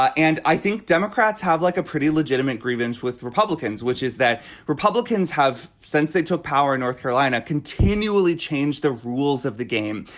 ah and i think democrats have like a pretty legitimate grievance with republicans which is that republicans have since they took power north carolina continually changed the rules of the game.